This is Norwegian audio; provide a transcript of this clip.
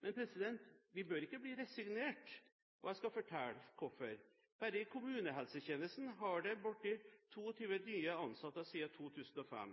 men vi bør ikke bli resignert, og jeg skal fortelle hvorfor: Bare i kommunehelsetjenesten har det blitt 22 000 nye ansatte siden 2005;